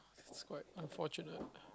it's quite unfortunate